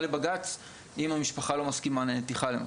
לבג"ץ אם המשפחה לא מסכימה לנתיחה למשל.